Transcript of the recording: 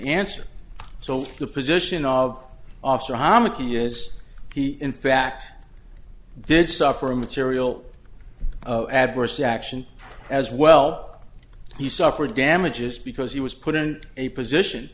answer so the position of officer homik he is he in fact did suffer a material adverse action as well he suffered damages because he was put in a position